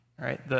right